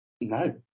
no